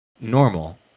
normal